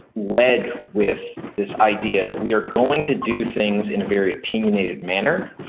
led with this idea that we are going to do things in a very opinionated manner,